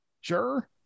Sure